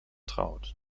traut